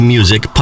Music